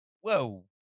whoa